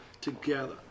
together